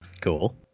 Cool